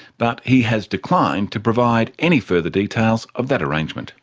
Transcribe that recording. but he has declined to provide any further details of that arrangement.